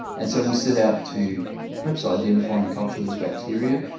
and so we set out to perhaps identify and culture these bacteria.